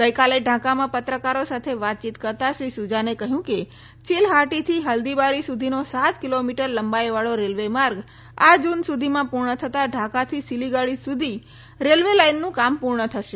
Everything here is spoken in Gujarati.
ગઈકાલે ઢાકામાં પત્રકારો સાથે વાતચીત કરતાં શ્રી સુજાને કહ્યું કે ચીલહાટીથી હલ્દીબારી સુધીનો સાત કિલોમીટર લંબાઈવાળો રેલવે માર્ગ આ જૂન સુધીમાં પૂર્ણ થતાં ઢાકાથી સીલીગુડી સુધી રેલવે લાઇનનું કામ પૂર્ણ થશે